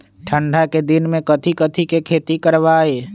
ठंडा के दिन में कथी कथी की खेती करवाई?